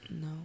No